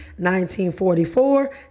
1944